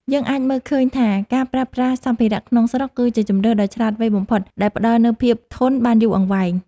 យើងអាចមើលឃើញថាការប្រើប្រាស់សម្ភារៈក្នុងស្រុកគឺជាជម្រើសដ៏ឆ្លាតវៃបំផុតដែលផ្តល់នូវភាពធន់បានយូរអង្វែង។